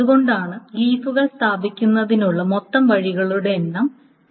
അതുകൊണ്ടാണ് ലീഫുകൾ സ്ഥാപിക്കുന്നതിനുള്ള മൊത്തം വഴികളുടെ എണ്ണം n